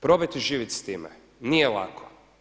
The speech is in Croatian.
Probajte živjeti s time, nije lako.